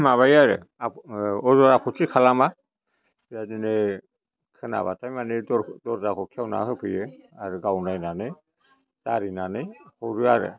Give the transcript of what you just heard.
माबायो आरो अजद आफ'थि खालामा बेबादिनो खोनाबाथाय माने दरखौ दरजाखौ खेवना होफैयो आरो गाव नायनानै जारिनानै हरो आरो